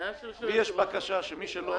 לי יש בקשה: שמי שלא